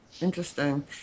Interesting